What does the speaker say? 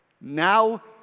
Now